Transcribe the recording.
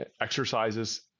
exercises